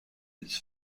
its